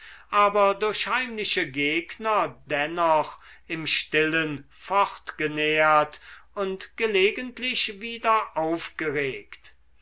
aber durch heimliche gegner dennoch im stillen fortgenährt und gelegentlich wieder aufgeregt